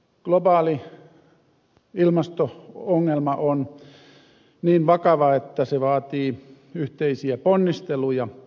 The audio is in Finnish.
globaali ilmasto ongelma on niin vakava että se vaatii yhteisiä ponnisteluja